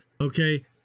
Okay